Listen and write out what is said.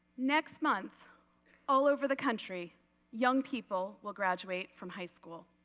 next month all over the country young people will graduate from high school.